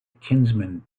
kinsman